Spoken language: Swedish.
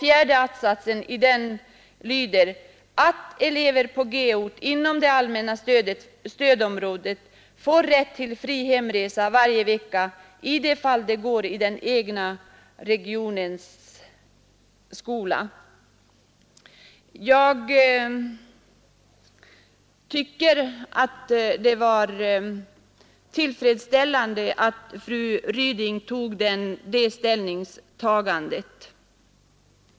Fjärde att-satsen i motionen lyder: ”att eleverna på g-ort inom det allmänna stödområdet får rätt till fri hemresa varje vecka i de fall de går i den egna g-regionens skola”. Jag tycker att det är tillfredsställande att fru Ryding gjorde det ställningstagandet.